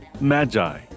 Magi